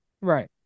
Right